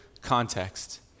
context